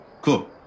cool